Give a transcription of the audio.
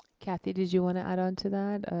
kathy did you want to add onto that?